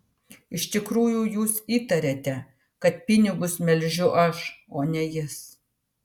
iš tikrųjų jūs įtariate kad pinigus melžiu aš o ne jis